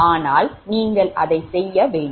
ஆனால் நீங்கள் அதை செய்ய வேண்டும்